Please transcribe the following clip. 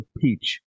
peach